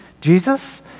Jesus